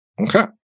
okay